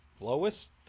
lowest